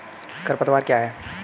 खरपतवार क्या है?